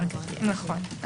יש לנו